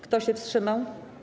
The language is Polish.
Kto się wstrzymał?